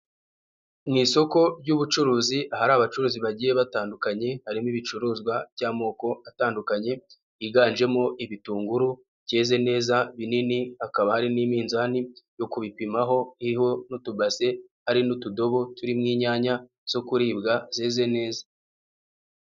Mu isoko ry'ubucuruzi ahari abacuruzi bagiye batandukanye, harimo ibicuruzwa by'amoko atandukanye, yiganjemo ibitunguru byeze neza binini, hakaba hari n'iminzani yo kubipimaho iriho n'utubase, hari n'utudobo turimo inyanya zo kuribwa zeze neza.